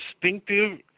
distinctive